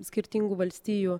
skirtingų valstijų